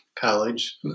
college